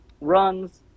runs